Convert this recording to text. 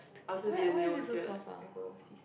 I also didn't know until like I go overseas